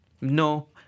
No